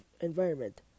environment